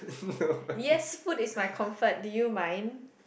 yes food is my comfort did you mind